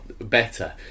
better